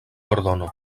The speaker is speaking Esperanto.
ordono